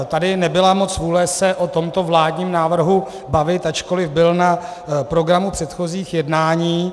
Tady nebyla moc vůle se o tomto vládním návrhu bavit, ačkoliv byl na programu předchozích jednání.